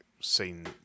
seen